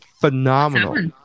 phenomenal